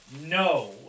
No